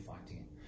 fighting